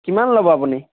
কিমান ল'ব আপুনি